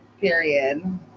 Period